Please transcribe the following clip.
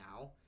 now